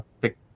Pick